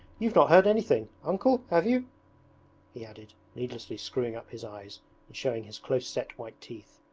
you've not heard anything, uncle, have you he added, needlessly screwing up his eyes and showing his close-set white teeth.